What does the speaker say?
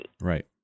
Right